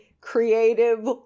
creative